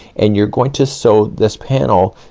and you're going to so this panel,